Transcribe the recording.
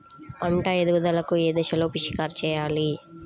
పంట ఎదుగుదల ఏ దశలో పిచికారీ చేయాలి?